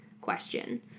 question